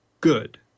good